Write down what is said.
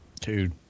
Dude